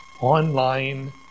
online